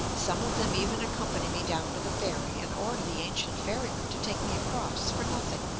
some of them even accompany me down to the ferry and order the ancient ferryman to take me across for nothing.